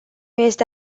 este